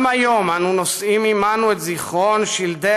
גם היום אנו נושאים עימנו את זיכרון שלדי